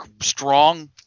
strong